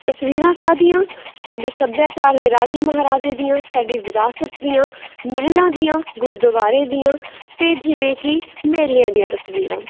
ਤਸਵੀਰਾਂ ਕਾਹਦੀਆਂ ਸਾਡੇ ਸੱਭਿਆਚਾਰ ਦੇ ਰਾਜੇ ਮਹਾਰਾਜੇ ਦੀਆਂ ਸਾਡੀ ਵਿਰਾਸਤ ਦੀਆਂ ਮਹਿਲਾਂ ਦੀਆਂ ਗੁਰਦੁਆਰੇ ਦੀਆਂ ਅਤੇ ਜਿਵੇਂ ਕਿ ਮੇਲਿਆਂ ਦੀਆਂ ਤਸਵੀਰਾਂ